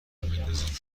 میندازید